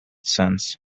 sense